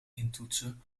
intoetsen